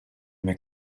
mie